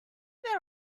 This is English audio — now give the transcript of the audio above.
there